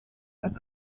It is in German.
das